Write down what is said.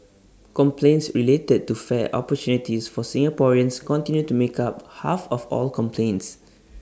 complaints related to fair opportunities for Singaporeans continue to make up half of all complaints